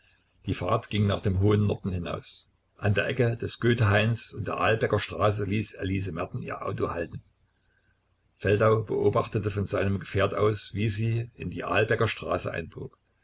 die fahrt ging nach dem hohen norden hinaus an der ecke des goethehains und der ahlbecker straße ließ elise merten ihr auto halten feldau beobachtete von seinem gefährt aus wie sie in die ahlbecker straße einbog